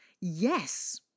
Yes